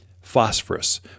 phosphorus